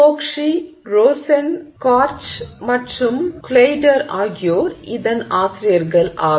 Choksi Rosen Karch மற்றும் Kleiter ஆகியோர் இதன் ஆசிரியர்கள் ஆவர்